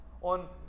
on